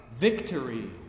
victory